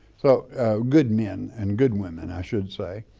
so good men and good women, i should say.